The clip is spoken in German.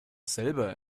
selber